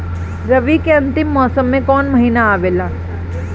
रवी के अंतिम मौसम में कौन महीना आवेला?